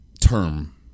term